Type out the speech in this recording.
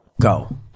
go